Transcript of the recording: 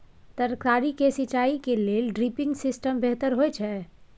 तरकारी के सिंचाई के लेल ड्रिपिंग सिस्टम बेहतर होए छै?